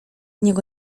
niego